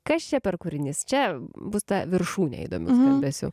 kas čia per kūrinys čia bus ta viršūnė įdomių skambesių